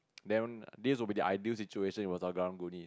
then this will be the ideal situation if I was a karang-guni